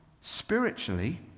spiritually